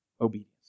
obedience